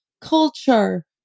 culture